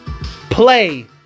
play